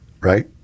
right